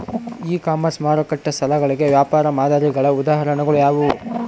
E commerce ಮಾರುಕಟ್ಟೆ ಸ್ಥಳಗಳಿಗೆ ವ್ಯಾಪಾರ ಮಾದರಿಗಳ ಉದಾಹರಣೆಗಳು ಯಾವುವು?